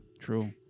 true